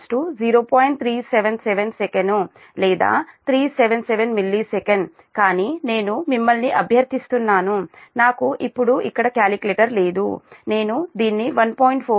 377 సెకను లేదా 377 msec కానీ నేను మిమ్మల్ని అభ్యర్థిస్తున్నాను నాకు ఇప్పుడు ఇక్కడ కాలిక్యులేటర్ లేదు నేను దీన్ని 1